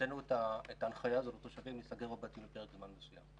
הוצאנו את ההנחיה הזאת לתושבים להסתגר בבתים לפרק זמן מסוים.